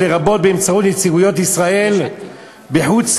לרבות באמצעות נציגויות ישראל בחוץ-לארץ,